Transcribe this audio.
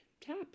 tap